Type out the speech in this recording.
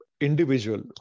individual